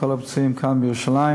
את כל הפצועים כאן בירושלים.